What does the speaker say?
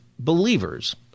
Believers